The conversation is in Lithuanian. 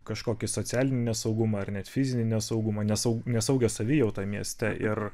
kažkokį socialinį nesaugumą ar net fizinį nesaugumą nesaug nesaugią savijautą mieste ir